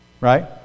Right